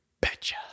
betcha